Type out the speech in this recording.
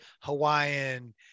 Hawaiian